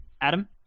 Adam